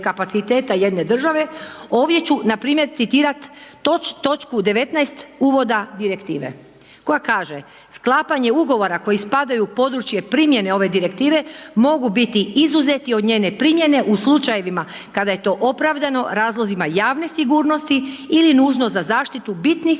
jedne države, ovdje ću npr. citirat točku 19. uvoda Direktive koja kaže: „Sklapanje ugovora koji spadaju u područje primjene ove Direktive mogu biti izuzeti od njene primjene u slučajevima kada je to opravdano razlozima javne sigurnosti ili nužno za zaštitu bitnih